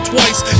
twice